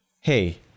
hey